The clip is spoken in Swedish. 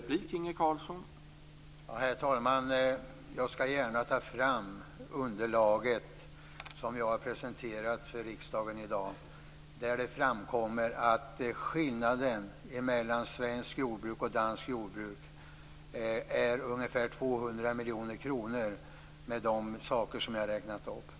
Herr talman! Jag skall gärna ta fram det underlag som jag har presenterat för riksdagen i dag. Där framkommer att skillnaden i omfattning mellan svenskt och danskt jordbruk är ungefär 200 miljoner kronor med de saker som jag räknat upp.